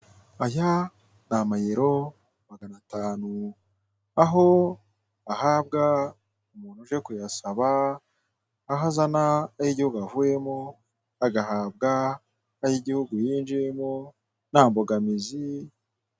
Aya ni amayero maganatanu, aho ahabwa umuntu uje kuyasaba, aho azana ay'igihugu avuyemo, agahabwa ay'igihugu yinjiyemo nta mbogamizi.